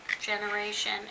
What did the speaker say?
Generation